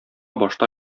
башта